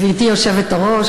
גברתי היושבת-ראש,